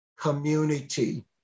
community